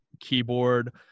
keyboard